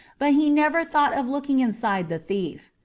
but he never thought of looking inside the thief.